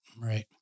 right